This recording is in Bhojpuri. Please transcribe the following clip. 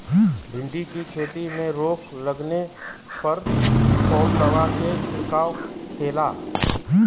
भिंडी की खेती में रोग लगने पर कौन दवा के छिड़काव खेला?